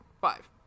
Five